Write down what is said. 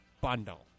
Bundle